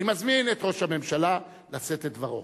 אני מזמין את ראש הממשלה לשאת את דברו.